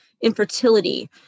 infertility